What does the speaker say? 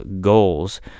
goals